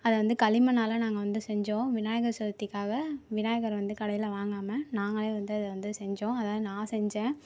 அது வந்து களிமண்ணால் நாங்கள் வந்து செஞ்சோம் விநாயகர் சதுர்த்திக்காக விநாயகர் வந்து கடையில் வாங்காமல் நாங்கள் வந்து அதை வந்து செஞ்சோம் அதாவது நான் செஞ்சேன்